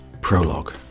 Prologue